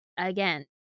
Again